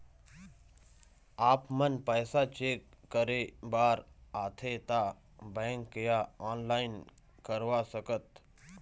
आपमन पैसा चेक करे बार आथे ता बैंक या ऑनलाइन करवा सकत?